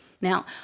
now